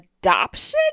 adoption